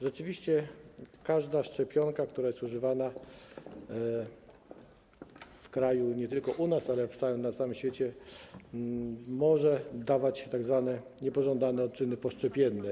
Rzeczywiście każda szczepionka, która używana jest nie tylko u nas, lecz także na całym świecie, może dawać tzw. niepożądane odczyny poszczepienne.